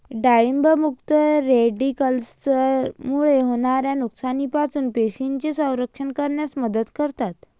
डाळिंब मुक्त रॅडिकल्समुळे होणाऱ्या नुकसानापासून पेशींचे संरक्षण करण्यास मदत करतात